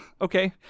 Okay